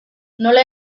nola